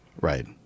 Right